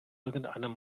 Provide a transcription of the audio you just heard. irgendeinem